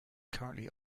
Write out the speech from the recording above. currently